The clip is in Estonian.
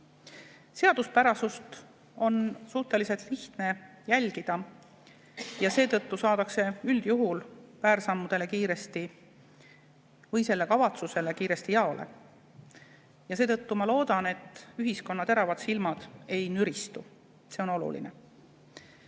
Seaduspärasust on suhteliselt lihtne jälgida ja seetõttu saadakse üldjuhul väärsammule või selle kavatsusele kiiresti jaole. Seetõttu ma loodan, et ühiskonna teravad silmad ei nüristu. See on oluline.